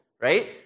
right